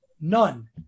none